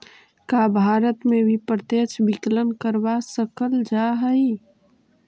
का भारत में भी प्रत्यक्ष विकलन करवा सकल जा हई?